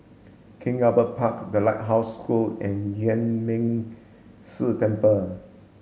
King Albert Park The Lighthouse School and Yuan Ming Si Temple